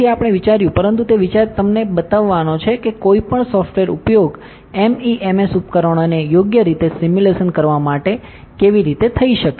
તેથી આપણે વિચાર્યું પરંતુ તે વિચાર તમને બતાવવાનો છે કે કોઈ પણ સ સોફ્ટવેરનો ઉપયોગ MEMS ઉપકરણોને યોગ્ય રીતે સિમ્યુલેશન કરવા માટે કેવી રીતે થઈ શકે